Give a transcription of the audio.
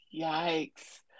Yikes